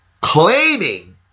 claiming